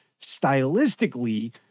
Stylistically